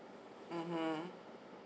(uh huh)